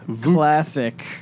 classic